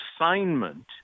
assignment